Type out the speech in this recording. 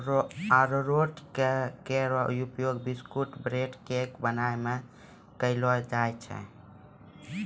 अरारोट केरो उपयोग biscuit, bread, cake बनाय म कयलो जाय छै